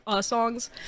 songs